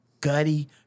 gutty